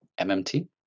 MMT